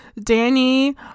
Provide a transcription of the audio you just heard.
danny